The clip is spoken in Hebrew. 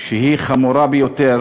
שהיא חמורה ביותר,